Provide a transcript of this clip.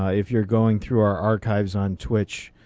ah if you're going through our archives on twitch,